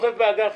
שוכב באג"חים.